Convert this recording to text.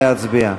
להצביע.